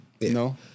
No